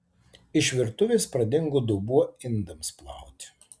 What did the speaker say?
iš virtuvės pradingo dubuo indams plauti